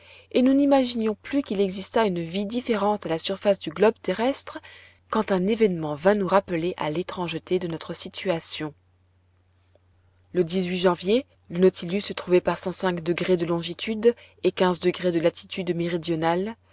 et nous n'imaginions plus qu'il existât une vie différente à la surface du globe terrestre quand un événement vint nous rappeler à l'étrangeté de notre situation le janvier le nautilus se trouvait par de longitude et de latitude méridionale